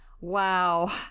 wow